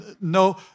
no